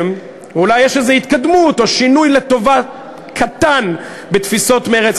אולי יש איזו התקדמות או שינוי קטן בתפיסות מרצ.